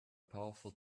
powerful